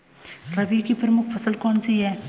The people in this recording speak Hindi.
रबी की प्रमुख फसल कौन सी है?